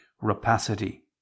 rapacity